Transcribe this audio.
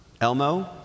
Elmo